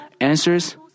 answers